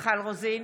מיכל רוזין,